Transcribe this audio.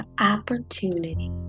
opportunity